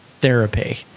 therapy